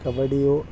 ಕಬಡ್ಡಿಯು